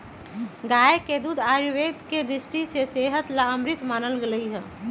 गाय के दूध आयुर्वेद के दृष्टि से सेहत ला अमृत मानल गैले है